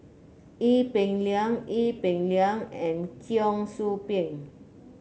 Ee Peng Liang Ee Peng Liang and Cheong Soo Pieng